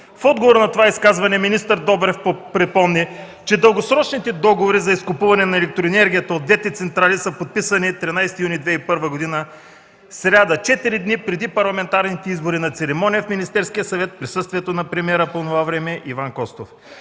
„В отговор на това изказване министър Добрев припомни, че дългосрочните договори за изкупуване на електроенергията от десет централи са подписани на 13 юни 2001 г., сряда – четири дни преди парламентарните избори, на церемония в Министерския съвет в присъствието на премиера по онова време Иван Костов.